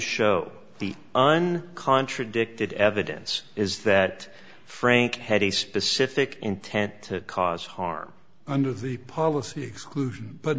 show the on contradicted evidence is that frank had a specific intent to cause harm under the policy exclusion but